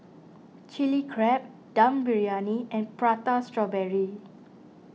Chili Crab Dum Briyani and Prata Strawberry